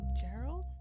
Gerald